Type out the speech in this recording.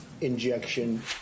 injection